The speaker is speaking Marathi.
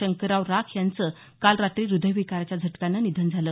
शंकरराव राख यांच काल रात्री हृदयविकाराच्या झटक्यानं निधन झालं